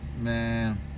Man